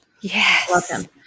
Yes